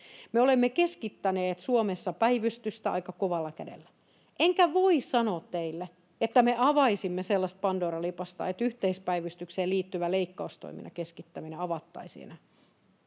Me olemme keskittäneet Suomessa päivystystä aika kovalla kädellä, enkä voi sanoa teille, että me avaisimme sellaista pandoran lipasta, että yhteispäivystykseen liittyvän leikkaustoiminnan keskittäminen avattaisiin,